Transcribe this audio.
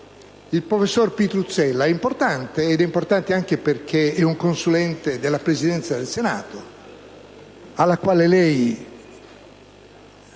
il professor Pitruzzella, importante anche perché è un consulente della Presidenza del Senato, alla quale lei